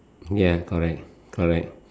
ya correct correct